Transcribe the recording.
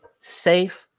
safe